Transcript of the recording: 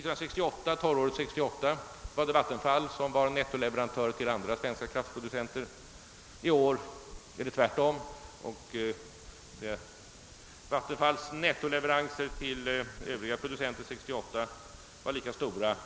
Torråret 1968 var Vattenfall nettoleverantör till andra svenska kraftproducenter. I år är det tvärtom. Vattenfalls nettoleveranser till övriga producenter år 1968 var lika stora